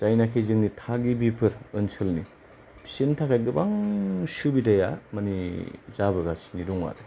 जायनोखि जोंनि थागिबिफोर ओनसोलनि बिसोरनि थाखाय गोबां सुबिदाया माने जाबोगासिनो दं आरो